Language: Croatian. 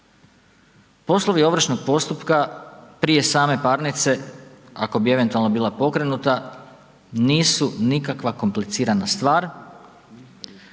Poslovi ovršnog postupka prije same parnice, ako bi eventualno bila pokrenuta nisu nikakva komplicirana stvar,